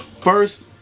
first